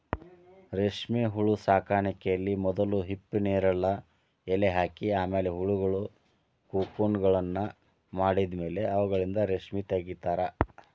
ರೇಷ್ಮೆಹುಳು ಸಾಕಾಣಿಕೆಯಲ್ಲಿ ಮೊದಲು ಹಿಪ್ಪುನೇರಲ ಎಲೆ ಹಾಕಿ ಆಮೇಲೆ ಹುಳಗಳು ಕೋಕುನ್ಗಳನ್ನ ಮಾಡಿದ್ಮೇಲೆ ಅವುಗಳಿಂದ ರೇಷ್ಮೆ ತಗಿತಾರ